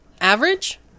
Average